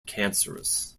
cancerous